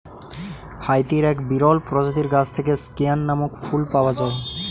হাইতির এক বিরল প্রজাতির গাছ থেকে স্কেয়ান নামক ফুল পাওয়া যায়